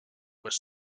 was